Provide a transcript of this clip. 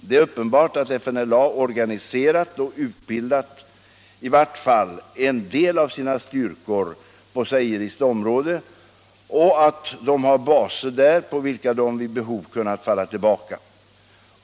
Det är uppen = till förmån för bart att FNLA organiserat och utbildat i vart fall en del av sina styrkor — Angola på zairiskt område och att de har baser där på vilka de vid behov kunnat falla tillbaka.